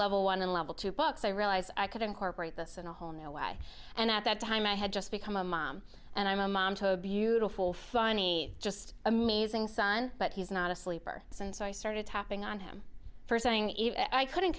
level one level two books i realized i could incorporate this in a whole new way and at that time i had just become a mom and i'm a mom to a beautiful funny just amazing son but he's not a sleeper since i started tapping on him for saying i couldn't